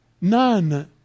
None